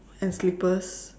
and slippers